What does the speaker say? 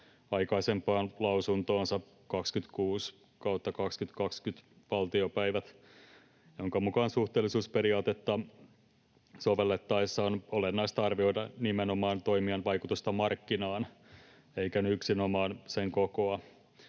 aikaisempaan lausuntoonsa TaVL 26/2020 vp, jonka mukaan suhteellisuusperiaatetta sovellettaessa on olennaista arvioida nimenomaan toimijan vaikutusta markkinaan eikä yksinomaan sen kokoa.